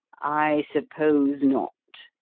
i suppose not,